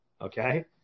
okay